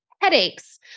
headaches